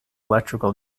electrical